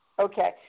Okay